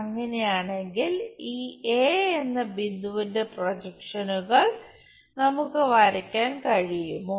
അങ്ങനെയാണെങ്കിൽ ഈ എ എന്ന ബിന്ദുവിന്റെ പ്രൊജക്ഷനുകൾ നമുക്ക് വരയ്ക്കാൻ കഴിയുമോ